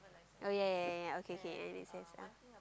oh ya ya ya ya okay okay and it says uh